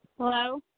Hello